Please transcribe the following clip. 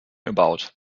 about